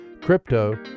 Crypto